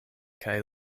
kaj